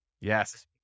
Yes